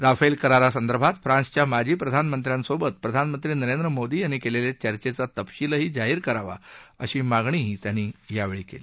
Rafale करारासंदर्भात फ्रान्सच्या माजी प्रधानमंत्र्यांसोबत प्रधानमंत्री नरेंद्र मोदी यांनी केलेल्या चर्चेचा तपशील जाहीर करावा अशी मागणीही त्यांनी केली